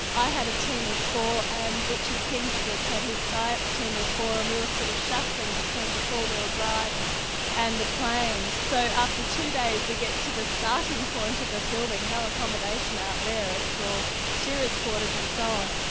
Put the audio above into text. i had a team of four and richard kingsford had his science team of four and we were sort of shuffling between the four-wheel drives and the planes. so after two days we get to the starting point of the filming. no accommodation out there, it's all so shearers' quarters and so on.